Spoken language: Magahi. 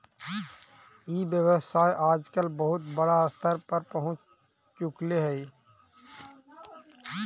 ई व्यवसाय आजकल बहुत बड़ा स्तर पर पहुँच चुकले हइ